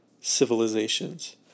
civilizations